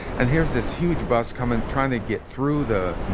and here's this huge bus coming, trying to get through the